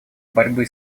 борьбы